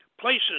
places